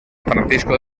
francisco